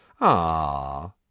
Ah